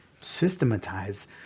systematize